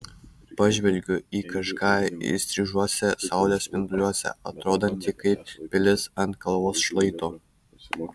pažvelgiu į kažką įstrižuose saulės spinduliuose atrodantį kaip pilis ant kalvos šlaito